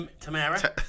Tamara